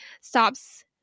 stops